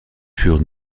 furent